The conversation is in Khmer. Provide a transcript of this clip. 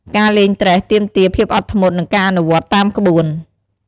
ការលេងត្រេះទាមទារភាពអត់ធ្មត់ និងការអនុវត្តតាមក្បួន។